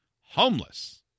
homeless